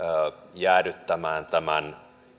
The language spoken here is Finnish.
jäädyttämään tämän